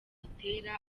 gitera